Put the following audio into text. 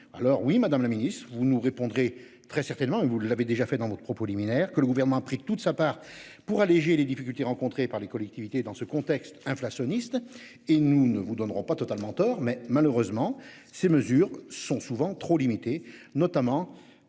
Alors oui, Madame la Ministre vous nous répondrez très certainement et vous l'avez déjà fait dans votre propos liminaire, que le gouvernement a pris toute sa part pour alléger les difficultés rencontrées par les collectivités. Dans ce contexte inflationniste, et nous ne vous donnerons pas totalement tort mais malheureusement ces mesures sont souvent trop limités, notamment